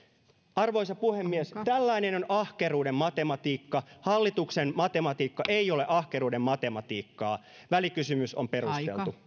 arvoisa puhemies tällaista on ahkeruuden matematiikka hallituksen matematiikka ei ole ahkeruuden matematiikkaa välikysymys on perusteltu